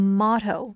motto